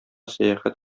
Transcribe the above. сәяхәт